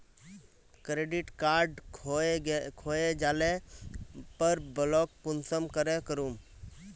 Credit card खोये जाले पर ब्लॉक कुंसम करे करूम?